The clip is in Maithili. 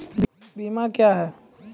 बीमा क्या हैं?